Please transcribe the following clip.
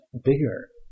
bigger